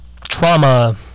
trauma